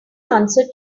answer